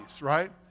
right